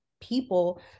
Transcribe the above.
people